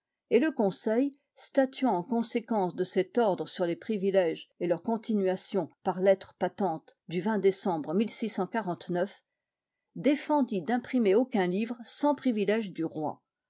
et le conseil statuant en conséquence de cet ordre sur les privilèges et leurs continuations par lettres patentes du décembre défendit d'imprimer aucun livre sans privilège du roi